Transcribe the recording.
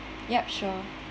ya sure